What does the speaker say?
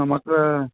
ನಮ್ಮ ಹತ್ರ